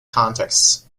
contexts